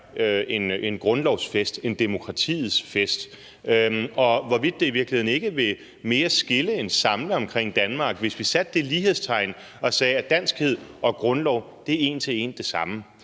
en grundlovsfest, en demokratiets fest, og hvorvidt det i virkeligheden ikke mere ville skille end samle omkring Danmark, hvis vi satte det lighedstegn og sagde, at danskhed og grundlov en til en er det samme.